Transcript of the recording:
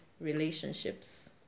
relationships